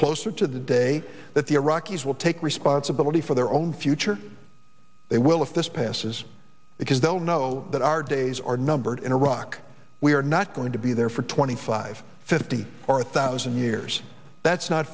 closer to the day that the iraqis will take responsibility for their own future they will if this passes because they'll know that our days are numbered in iraq we are not going to be there for twenty five fifty or a thousand years that's not